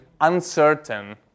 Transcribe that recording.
uncertain